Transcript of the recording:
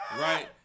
right